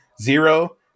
Zero